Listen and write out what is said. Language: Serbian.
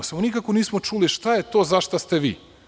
Samo nikako nismo čuli šta je to za šta ste vi?